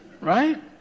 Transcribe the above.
right